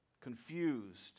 confused